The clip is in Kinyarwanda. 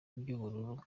ry’ubururu